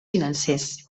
financers